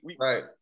Right